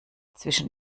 zwischen